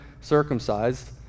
circumcised